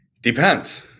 depends